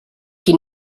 qui